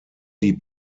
die